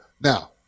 now